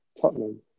Tottenham